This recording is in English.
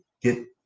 get